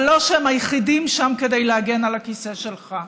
אבל לא שהם היחידים שם כדי להגן על הכיסא שלך.